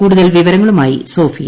കൂടുതൽ വിവരങ്ങളുമായി സോഫിയ